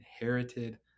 inherited